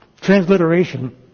transliteration